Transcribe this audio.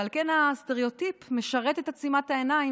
ועל כן הסטריאוטיפ משרת את עצימת העיניים